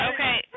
Okay